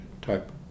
type